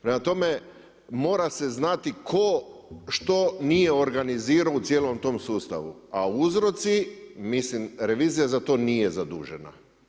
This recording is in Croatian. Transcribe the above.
Prema tome, mora se znati tko što nije organizirao u cijelom tom sustavu, a uzroci mislim, Revizija za to nije zadužena.